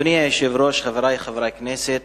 אדוני היושב-ראש, חברי חברי הכנסת,